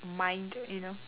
mind you know